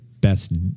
best